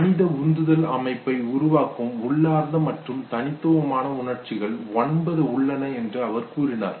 மனித உந்துதல் அமைப்பை உருவாக்கும் உள்ளார்ந்த மற்றும் தனித்துவமான உணர்ச்சிகள் ஒன்பது உள்ளன என்று அவர் கூறினார்